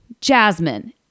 Jasmine